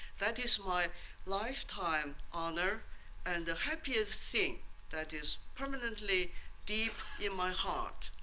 that is my lifetime honor and the happiest thing that is permanently deep in my heart.